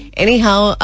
anyhow